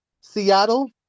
Seattle